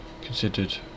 considered